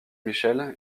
michel